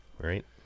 Right